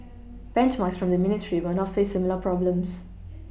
benchmarks from the ministry will not face similar problems